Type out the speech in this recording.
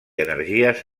energies